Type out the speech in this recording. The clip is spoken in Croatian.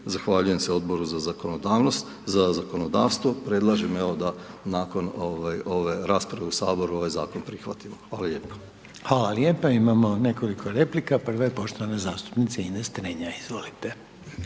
Zahvaljujem se Odboru za zakonodavstvo, predlažem da, evo, nakon ove rasprave u Saboru, ovaj Zakon prihvatimo. Hvala lijepo. **Reiner, Željko (HDZ)** Hvala lijepo. Imamo nekoliko replika, prva je poštovana zastupnica Ines Strenja, izvolite.